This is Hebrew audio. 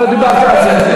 לא דיברתי על זה.